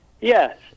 Yes